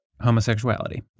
homosexuality